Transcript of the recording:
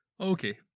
Okay